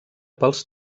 pels